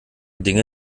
dinge